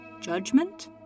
Judgment